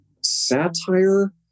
satire